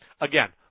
Again